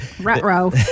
Retro